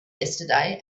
yesterday